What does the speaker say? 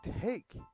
take